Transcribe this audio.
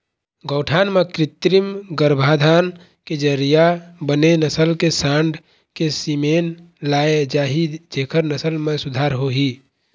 गौठान म कृत्रिम गरभाधान के जरिया बने नसल के सांड़ के सीमेन लाय जाही जेखर नसल म सुधार होही